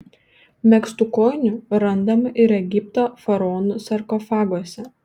megztų kojinių randama ir egipto faraonų sarkofaguose